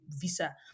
visa